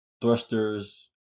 thrusters